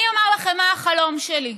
אני אומר לכם מה החלום שלי.